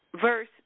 Verse